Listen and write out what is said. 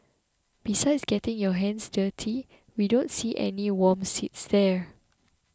besides getting your hands dirty we don't see any warm seats there